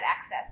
access